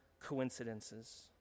coincidences